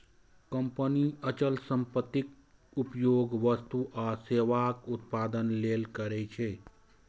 company अचल संपत्तिक उपयोग वस्तु आ सेवाक उत्पादन लेल करै छै